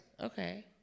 Okay